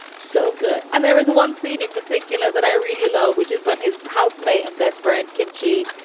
so good and there is one scene in particular that i really love, which is when his housemate, a best friend kimchi,